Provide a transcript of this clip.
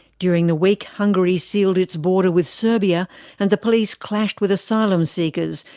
during the week, hungary sealed its border with serbia and the police clashed with asylum seekers,